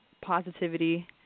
positivity